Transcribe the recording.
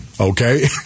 Okay